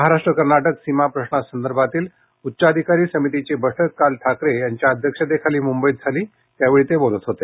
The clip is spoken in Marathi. महाराष्ट्र कर्नाटक सीमा प्रश्नासंदर्भातील उच्चाधिकारी समितीची बैठक काल ठाकरे यांच्या अध्यक्षतेखाली मुंबईत झाली त्यावेळी ते बोलत होते